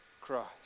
Christ